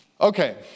Okay